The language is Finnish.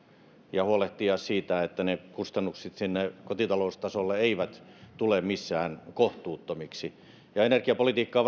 ja huolehtia siitä että kustannukset kotitaloustasolle eivät tule missään kohtuuttomiksi energiapolitiikka